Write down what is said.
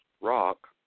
rock